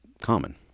common